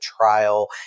trial